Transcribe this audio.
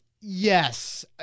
Yes